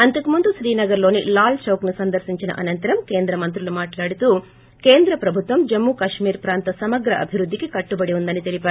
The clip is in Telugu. అంతకు ముందుకు శ్రీనగర్లోని చౌక్ని సందర్పించిన అనంతరం కేంద్రమంత్రులు మాట్లాడుతూ కేంద్ర ప్రభుత్వం జమ్మూకాళ్మీర్ ప్రాంత సమగ్ర అభివృద్ధికి కట్లుబడి ఉందని తెలిపారు